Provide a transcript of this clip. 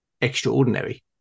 extraordinary